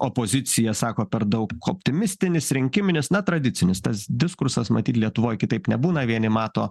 opozicija sako per daug optimistinis rinkiminis na tradicinis tas diskursas matyt lietuvoj kitaip nebūna vieni mato